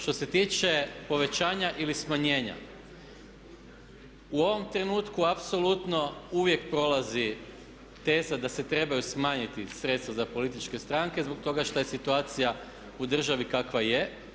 Što se tiče povećanja ili smanjenja, u ovom trenutku apsolutno uvijek prolazi teza da se trebaju smanjiti sredstva za političke stranke zbog toga što je situacija u državi kakva je.